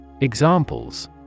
Examples